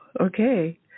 Okay